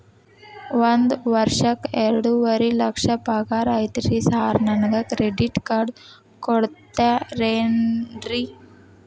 ಒಂದ್ ವರ್ಷಕ್ಕ ಎರಡುವರಿ ಲಕ್ಷ ಪಗಾರ ಐತ್ರಿ ಸಾರ್ ನನ್ಗ ಕ್ರೆಡಿಟ್ ಕಾರ್ಡ್ ಕೊಡ್ತೇರೆನ್ರಿ?